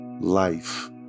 life